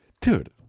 Dude